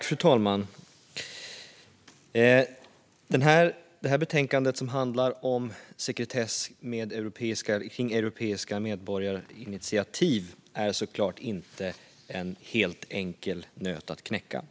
Fru talman! Det här betänkandet handlar om sekretess kring europeiska medborgarinitiativ, och det är såklart inte en helt enkel nöt att knäcka.